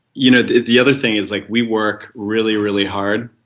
you know the other thing is like we work really, really hard.